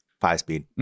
Five-speed